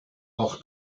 auch